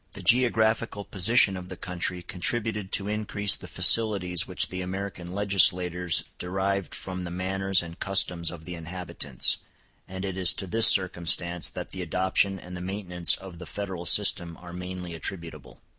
the geographical position of the country contributed to increase the facilities which the american legislators derived from the manners and customs of the inhabitants and it is to this circumstance that the adoption and the maintenance of the federal system are mainly attributable.